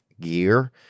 gear